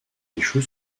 échoue